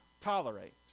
tolerate